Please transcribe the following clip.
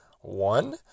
one